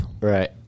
Right